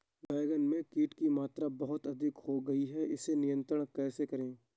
बैगन में कीट की मात्रा बहुत अधिक हो गई है इसे नियंत्रण कैसे करें?